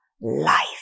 life